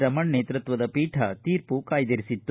ರಮಣ ನೇತೃತ್ವದ ಪೀಠ ತೀರ್ಮ ಕಾಯ್ದಿರಿಸಿತ್ತು